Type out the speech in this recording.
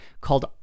called